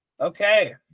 Okay